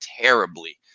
terribly